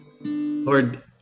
Lord